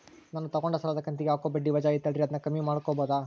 ನಾನು ತಗೊಂಡ ಸಾಲದ ಕಂತಿಗೆ ಹಾಕೋ ಬಡ್ಡಿ ವಜಾ ಐತಲ್ರಿ ಅದನ್ನ ಕಮ್ಮಿ ಮಾಡಕೋಬಹುದಾ?